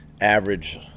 average